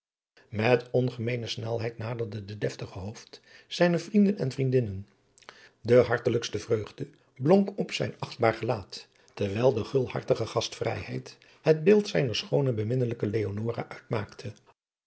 met ongemeene snelheid naderde de deftige hooft zijne vrienden en vriendinnen de hartelijkste vreugde blonk op zijn achtbaar gelaat terwijl de gulhartige gastvrijheid het beeld zijner schoone beminnelijke leonora uitmaakte